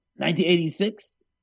1986